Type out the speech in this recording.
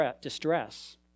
distress